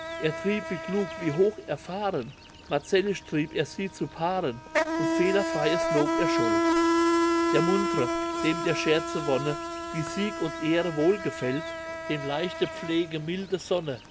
er trieb wie klug wie hoch erfahren marcellisch trieb er sie zu paaren und fehlerfreies lob erscholl der muntre dem der scherze wonne wie sieg und ehre wohlgefällt dem leichte pflege milde sonne